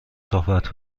صحبت